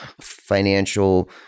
financial